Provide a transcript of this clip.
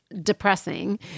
depressing